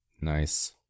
Nice